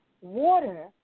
water